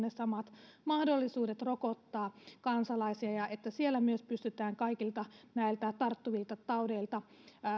ne samat mahdollisuudet rokottaa kansalaisia ja että siellä myös pystytään kaikilta näiltä tarttuvilta taudeilta